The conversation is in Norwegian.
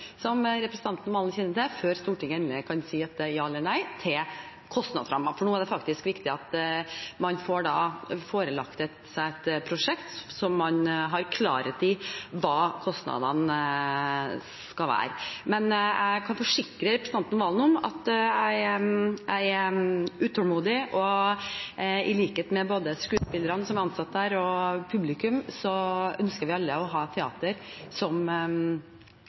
som representanten Serigstad Valen kjenner til, før Stortinget endelig kan si ja eller nei til kostnadsrammen, for nå er det viktig at man får seg forelagt et prosjekt hvor man har klarhet i hva kostnadene skal være. Jeg kan forsikre representanten Serigstad Valen om at jeg er utålmodig. I likhet med både skuespillerne som er ansatt der, og publikum ønsker jeg å ha et teater som